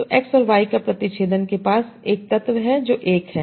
तो X और Y का प्रतिच्छेदन के पास 1 तत्व है जो 1 है